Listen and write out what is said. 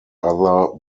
other